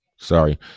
Sorry